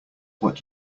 what